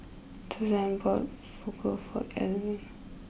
Suzan bought Fugu for Elwyn